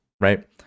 right